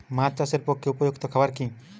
মাছ চাষের পক্ষে উপযুক্ত খাবার কি কি?